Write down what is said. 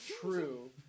true